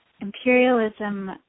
imperialism